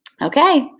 Okay